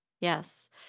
Yes